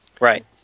Right